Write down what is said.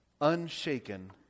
Unshaken